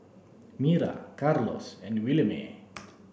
Myra Carlos and Williemae